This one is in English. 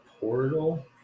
portal